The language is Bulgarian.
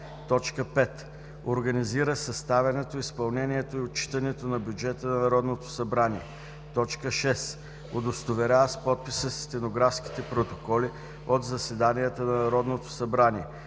съвет; 5. организира съставянето, изпълнението и отчитането на бюджета на Народното събрание; 6. удостоверява с подписа си стенографските протоколи от заседанията на Народното събрание;